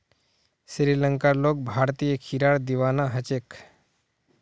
श्रीलंकार लोग भारतीय खीरार दीवाना ह छेक